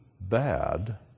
bad